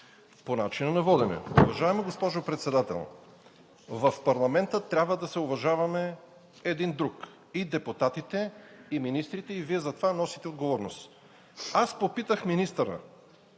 По начина на водене. Уважаема госпожо Председател, в парламента трябва да се уважаваме един друг – и депутатите, и министрите, и Вие за това носите отговорност. Аз попитах министъра: